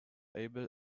able